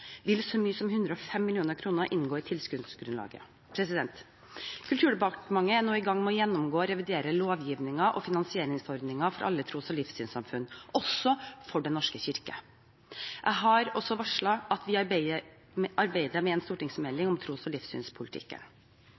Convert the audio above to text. vil så mye som 105 mill. kr inngå i tilskuddsgrunnlaget. Kulturdepartementet er nå i gang med å gjennomgå og revidere lovgivningen og finansieringsordningen for alle tros- og livssynssamfunn, også for Den norske kirke. Jeg har også varslet at vi arbeider med en stortingsmelding om tros- og livssynspolitikken.